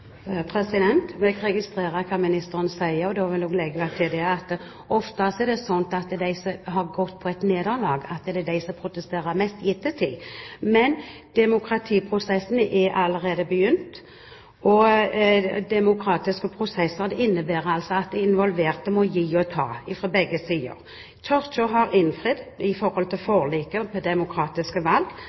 at ofte er det slik at de som har gått på et nederlag, er de som protesterer mest i ettertid. Men demokratiprosessen er allerede begynt, og demokratiske prosesser innebærer altså at de involverte på begge sider må gi og ta. Kirken har innfridd med hensyn til forliket og demokratiske valg. De tre øverste kirkelige organer har gått inn for å plassere preses i Oslo, og styrkingen av kirkedemokratiet var og